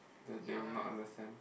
that they will not understand